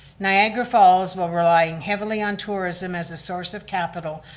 niagara falls, while relying heavily on tourism as a source of capital,